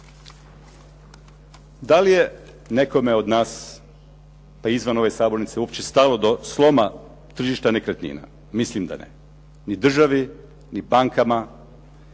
Da li je nekome od nas izvan ove sabornice uopće stalo do sloma tržišta nekretnina? Mislim da ne, ni državi, ni bankama,